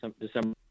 December